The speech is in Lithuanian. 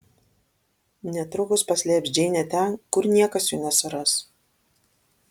netrukus paslėps džeinę ten kur niekas jų nesuras